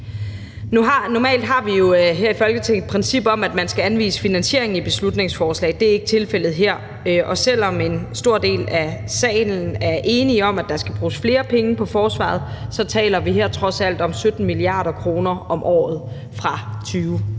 Normalt har vi jo her i Folketinget et princip om, at man skal anvise finansiering i beslutningsforslag. Det er ikke tilfældet her. Og selv om en stor del af salen er enige om, at der skal bruges flere penge på forsvaret, taler vi her trods alt om 17 mia. kr. om året fra 2024.